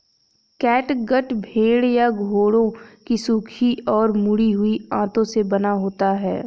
catgut भेड़ या घोड़ों की सूखी और मुड़ी हुई आंतों से बना होता है